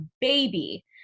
baby